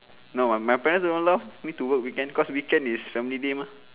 no ah my parent won't allow me to work weekend because weekend is family day mah